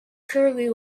currently